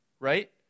right